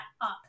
up